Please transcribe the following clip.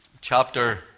chapter